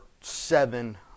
seven